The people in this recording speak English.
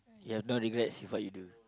you have no regrets with what you do